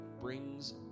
brings